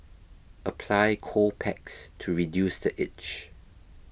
apply cold packs to reduce the itch